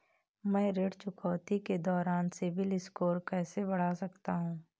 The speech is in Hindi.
मैं ऋण चुकौती के दौरान सिबिल स्कोर कैसे बढ़ा सकता हूं?